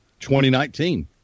2019